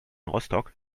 rostock